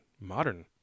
modern